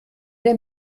der